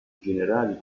generali